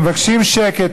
הם מבקשים שקט.